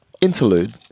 interlude